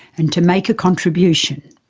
and to make a contribution.